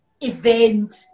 event